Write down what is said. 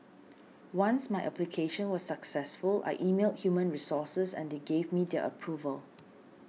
once my application was successful I emailed human resources and they gave me their approval